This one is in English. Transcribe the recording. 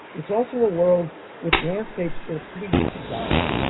it's also a world with landscapes that are pretty exotic,